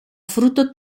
fruto